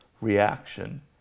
reaction